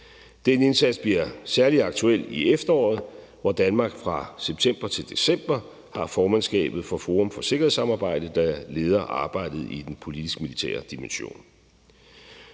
Den indsats bliver særlig aktuel i efteråret, hvor Danmark fra september til december har formandskabet for Forum for Sikkerhedssamarbejde, der leder arbejdet i den politisk-militære dimension.